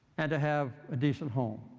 and to have a decent home,